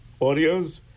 audios